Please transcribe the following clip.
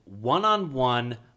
one-on-one